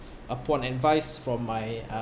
upon advice from my uh